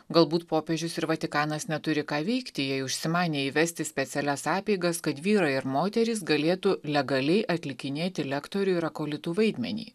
galbūt popiežius ir vatikanas neturi ką veikti jei užsimanė įvesti specialias apeigas kad vyrai ir moterys galėtų legaliai atlikinėti lektorių ir akolitų vaidmenį